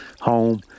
home